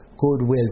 goodwill